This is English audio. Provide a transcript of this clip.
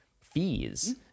fees